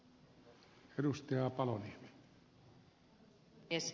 arvoisa puhemies